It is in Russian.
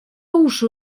уши